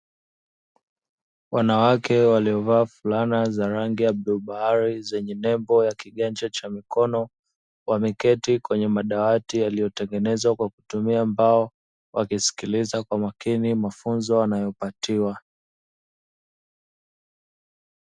Wanawake waliovaa fulana za rangi ya bluu bahari zenye nebo ya kiganja cha mikono, wameketi kwenye madawati yaliyotengenezwa kwa kutumia mbao wakisikiliza kwa makini mafunzo wanayopatiwa.